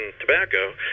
tobacco